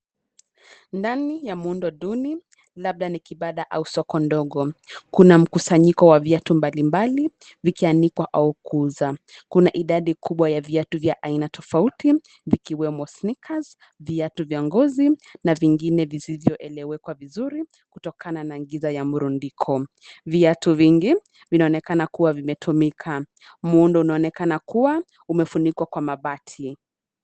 Ndani ya muundo duni, labda ni kibanda au soko ndogo. Kuna mkusanyiko wa viatu mbalimbali vikianikwa au kuuzwa. Kuna idadi kubwa ya viatu vya aina tofauti vikiwemo sneakers, viatu vya ngozi na vingine visivyoeleweka vizuri kutokana na giza ya mrundiko. Viatu vingi vinaonekana kua vimetumika. Muundo unaonekana kua umefunikwa kwa mabati.